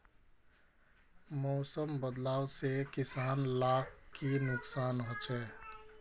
मौसम बदलाव से किसान लाक की नुकसान होचे?